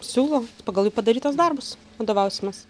siūlo pagal padarytus darbus vadovausimės